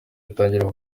atangira